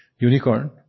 unicorn